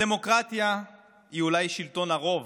הדמוקרטיה היא אולי שלטון הרוב,